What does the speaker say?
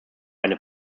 eine